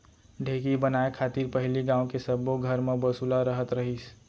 ढेंकी बनाय खातिर पहिली गॉंव के सब्बो घर म बसुला रहत रहिस